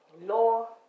law